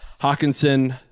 hawkinson